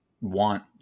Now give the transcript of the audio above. want